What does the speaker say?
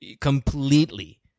completely